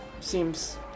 Seems